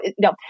no